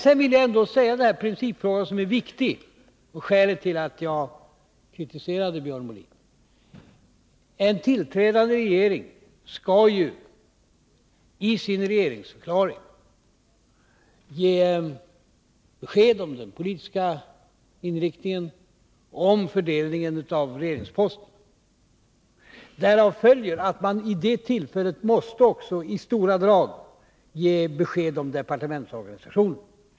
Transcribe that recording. Sedan vill jag ta upp principfrågan, som är viktig och som är skälet till att jag kritiserade Björn Molin. En tillträdande regering skall ju i sin regeringsförklaring ge besked om den politiska inriktningen och om fördelningen av regeringsposterna. Därav följer att man vid det tillfället också måste i stora drag ge besked om departementsorganisationen.